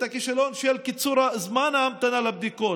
הכישלון של קיצור זמן ההמתנה לבדיקות.